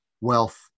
wealth